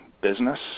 business